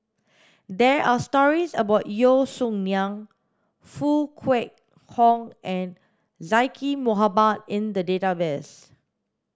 there are stories about Yeo Song Nian Foo Kwee Horng and Zaqy Mohamad in the database